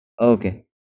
Okay